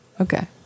Okay